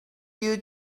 you